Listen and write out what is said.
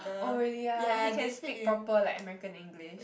oh really ya he can speak proper like American English